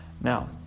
Now